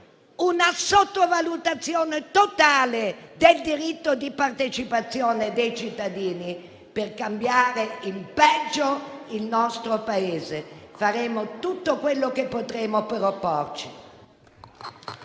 una sottovalutazione totale del diritto di partecipazione dei cittadini - per cambiare in peggio il nostro Paese. Faremo tutto quello che potremo per opporci.